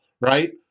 Right